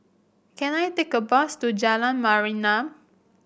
can I take a bus to Jalan Mayaanam